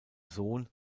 sohn